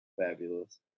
fabulous